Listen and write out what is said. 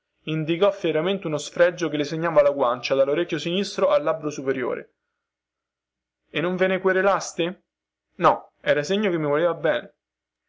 indicò fieramente uno sfregio che le segnava la guancia dallorecchio sinistro al labbro superiore e non ve ne querelaste no era segno che mi voleva bene